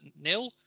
nil